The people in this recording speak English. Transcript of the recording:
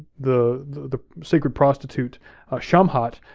the the sacred prostitute shamhat,